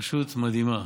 פשוט מדהימה.